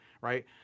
right